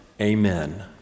amen